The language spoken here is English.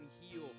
heal